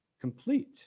Complete